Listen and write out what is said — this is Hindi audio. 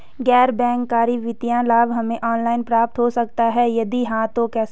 गैर बैंक करी वित्तीय लाभ हमें ऑनलाइन प्राप्त हो सकता है यदि हाँ तो कैसे?